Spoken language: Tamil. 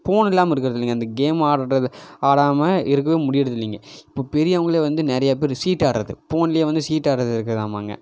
ஃபோன் இல்லாமல் இருக்கிறதில்லிங்க அந்த கேம் ஆடறது ஆடாமல் இருக்கவும் முடியிறதில்லிங்க இப்போ பெரியவங்களே வந்து நிறையா பேர் சீட்டு ஆடறது ஃபோன்லேயே வந்து சீட் ஆடறது இருக்கிறாமங்க